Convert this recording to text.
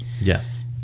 Yes